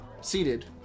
seated